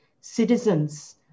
citizens